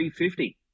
350